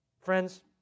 Friends